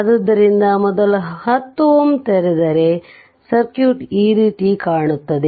ಆದ್ದರಿಂದ ಮೊದಲು 10 Ω ತೆರೆದರೆ ಸರ್ಕ್ಯೂಟ್ ಈ ರೀತಿ ಕಾಣುತ್ತದೆ